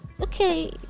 okay